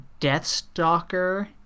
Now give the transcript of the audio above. Deathstalker